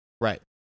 Right